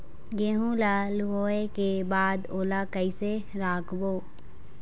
गेहूं ला लुवाऐ के बाद ओला कइसे राखबो?